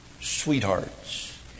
sweethearts